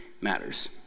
matters